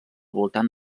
voltant